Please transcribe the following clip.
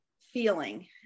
feeling